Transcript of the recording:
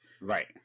Right